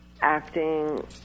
acting